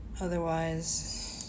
Otherwise